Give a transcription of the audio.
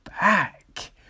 back